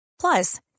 Plus